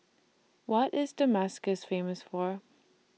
What IS Damascus Famous For